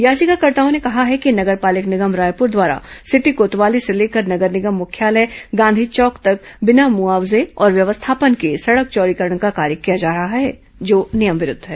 याचिकाकर्ताओं ने कहा है नगर पालिक निगम रायपूर द्वारा सिटी कोतवाली से लेकर नगर निगम मुख्यालय गांधी चौक तक बिना मुआवजे और व्यवस्थापन के सड़क चौड़ीकरण का कार्य किया जा रहा है जो नियम विरूद्व है